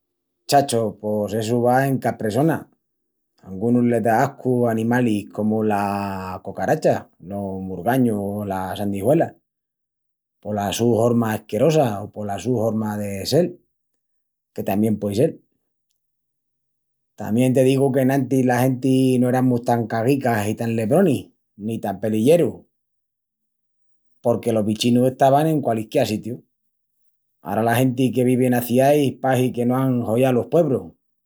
Chacho, pos essu va en ca pressona, angunus les da ascu animalis comu la cocaracha, los murgañus o las sandijuelas, pola su horma esquerosa o pola su horma de sel, que tamién puei sel. Tamién te digu qu'enantis la genti no eramus tan caguicas i tan lebronis, ni tan pelillerus, porque los bichinus estavan en qualisquiá sitiu. Ara la genti que vivi enas ciais pahi que no án hollau los puebrus.